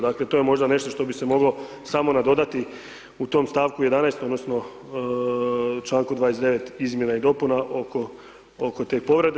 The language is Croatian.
Dakle to je možda nešto što bi se moglo samo nadodati u tom stavku 11. odnosno članku 29. izmjena i dopuna oko te povrede.